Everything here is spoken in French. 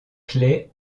clay